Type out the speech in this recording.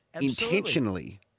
intentionally